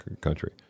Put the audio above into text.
country